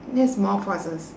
yeah small pauses